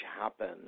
happen